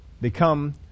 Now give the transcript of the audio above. become